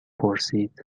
پرسید